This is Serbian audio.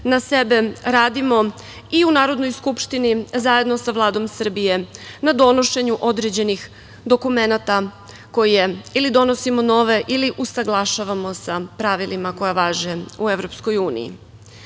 na sebe, radimo i u Narodnoj skupštini, zajedno sa Vladom Srbije, na donošenju određenih dokumenata koje ili donosimo nove ili usaglašavamo sa pravilima koja važe u EU.Svakako,